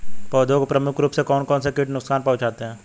पौधों को प्रमुख रूप से कौन कौन से कीट नुकसान पहुंचाते हैं?